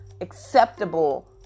acceptable